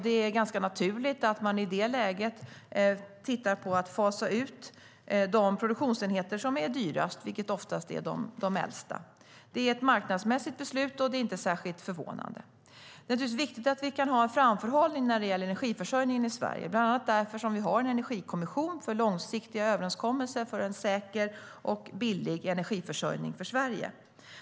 Det är ganska naturligt att man i det läget tittar på att fasa ut de produktionsenheter som är dyrast, vilket oftast är de äldsta. Det är ett marknadsmässigt beslut, och det är inte särskilt förvånande. Det är naturligtvis viktigt att vi kan ha en framförhållning när det gäller energiförsörjningen i Sverige. Det är bland annat därför vi har en energikommission för långsiktiga överenskommelser för en säker och billig energiförsörjning för Sverige.